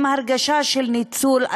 עם הרגשה של ניצול,